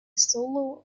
solo